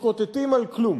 מתקוטטים על כלום.